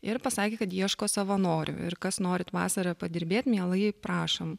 ir pasakė kad ieško savanorių ir kas norit vasarą padirbėt mielai prašom